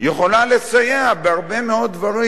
יכולה לסייע בהרבה מאוד דברים,